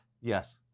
Yes